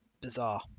bizarre